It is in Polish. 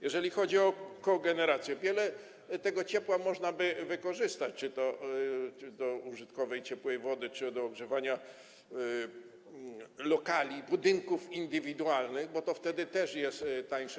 Jeżeli chodzi o kogenerację, to wiele tego ciepła można by wykorzystać czy to do użytkowej ciepłej wody, czy do ogrzewania lokali, budynków indywidualnych, bo to wtedy też jest tańsze.